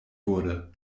wurde